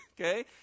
okay